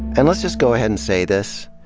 and let's just go ahead and say this.